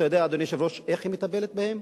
אתה יודע, אדוני היושב-ראש, איך היא מטפלת בהם?